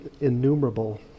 innumerable